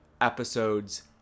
episodes